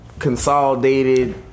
Consolidated